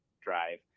drive